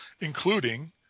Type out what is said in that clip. including